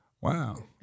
Wow